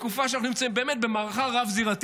בתקופה שבה אנחנו נמצאים במערכה רב-זירתית.